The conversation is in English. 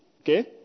Okay